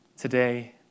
today